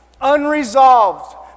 unresolved